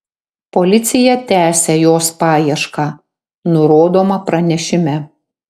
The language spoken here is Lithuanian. policija tęsią jos paiešką nurodoma pranešime